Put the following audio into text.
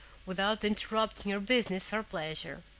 without interrupting your business or pleasure.